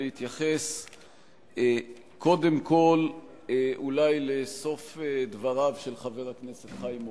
להתייחס קודם כול אולי לסוף דבריו של חבר הכנסת חיים אורון.